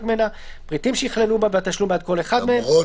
ממנה ואת הפריטים שייכללו בה והתשלום בעד כל אחד מהם" -- למרות